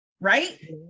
right